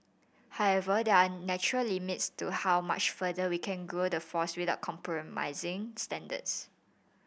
however there are natural limits to how much further we can grow the force without compromising standards